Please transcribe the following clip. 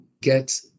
get